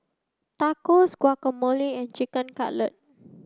Tacos Guacamole and Chicken Cutlet